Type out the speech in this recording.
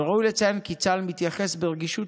וראוי לציין כי צה"ל מתייחס ברגישות